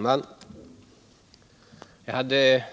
Herr talman! Jag hade